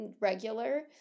regular